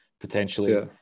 potentially